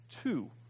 two